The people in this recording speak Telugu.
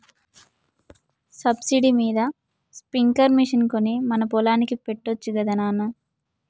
సబ్సిడీ మీద స్ప్రింక్లర్ మిషన్ కొని మన పొలానికి పెట్టొచ్చు గదా నాన